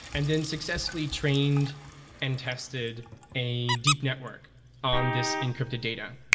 and then successfully trained and tested a deep network on this encrypted data.